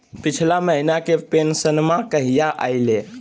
पिछला महीना के पेंसनमा कहिया आइले?